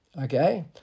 Okay